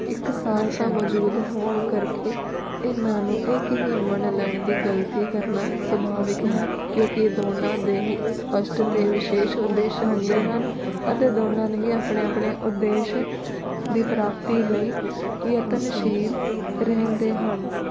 ਇੱਕਸਾਰਤਾ ਮੌਜੂਦ ਹੋਣ ਕਰਕੇ ਇਹਨਾਂ ਨੂੰ ਇੱਕ ਹੀ ਮੰਨ ਲੈਣ ਦੀ ਗਲਤੀ ਕਰਨਾ ਸੁਭਾਵਿਕ ਹੈ ਕਿਉਂਕਿ ਦੋਨਾਂ ਦੇ ਸਪਸ਼ਟ ਅਤੇ ਵਿਸ਼ੇਸ਼ ਉਦੇਸ਼ ਹੁੰਦੇ ਹਨ ਅਤੇ ਦੋਨਾਂ ਨੂੰ ਹੀ ਆਪਣੇ ਆਪਣੇ ਉਦੇਸ਼ ਦੀ ਪ੍ਰਾਪਤੀ ਲਈ ਯਤਨਸ਼ੀਲ ਰਹਿੰਦੇ ਹਨ